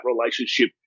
relationship